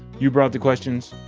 you brought the questions.